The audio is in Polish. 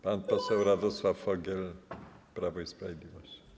Pan poseł Radosław Fogiel, Prawo i Sprawiedliwość.